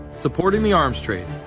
supporting the arms trade,